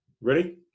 Ready